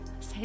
say